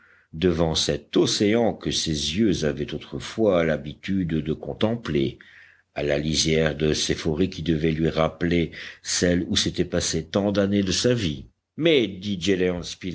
devant cet océan que ses yeux avaient autrefois l'habitude de contempler à la lisière de ces forêts qui devaient lui rappeler celles où s'étaient passées tant d'années de sa vie mais dit